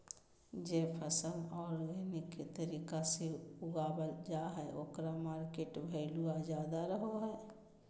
जे फसल ऑर्गेनिक तरीका से उगावल जा हइ ओकर मार्केट वैल्यूआ ज्यादा रहो हइ